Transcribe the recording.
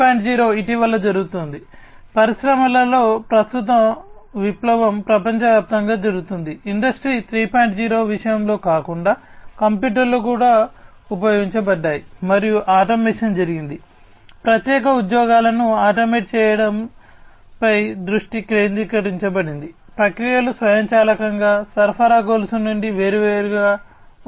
0 ఇటీవల జరుగుతోంది పరిశ్రమలలో ప్రస్తుత విప్లవం నుండి వేరుగా ఉంటాయి